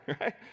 right